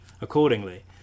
accordingly